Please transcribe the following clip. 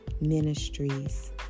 Ministries